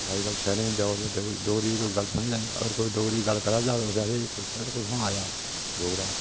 अज्जकल शैह्रें गी जाओ तां डोग डोगरी च गल्ल समझदे निं अगर कोई डोगरी गल्ल करै दा होए ते उसी आखदे एह् पता निं कुत्थुआं आया डोगरा